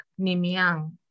Nimiang